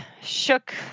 shook